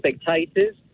spectators